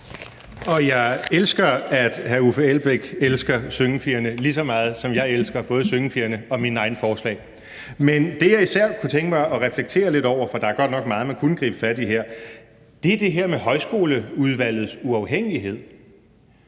Og jeg elsker, at hr. Uffe Elbæk elsker syngepigerne, lige så meget som jeg elsker både syngepigerne og mine egne forslag. Men det, jeg især kunne tænke mig at reflektere lidt over, for der er godt nok meget, man kunne gribe fat i her, er det her med højskolesangbogsudvalgets uafhængighed.